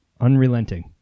unrelenting